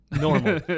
Normal